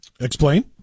Explain